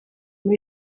muri